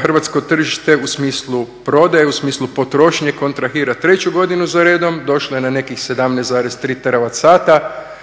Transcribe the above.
hrvatsko tržište u smislu prodaje, u smislu potrošnje kontrahira treću godinu za redom, došlo je na nekih 17,3 teravat sata